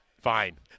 fine